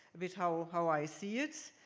a bit how how i see it.